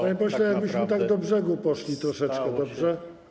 Panie pośle, jakbyśmy tak do brzegu poszli troszeczkę, dobrze?